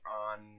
on